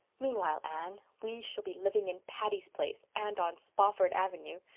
meanwhile, anne, we shall be living in patty's place and on spofford avenue.